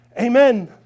amen